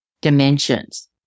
dimensions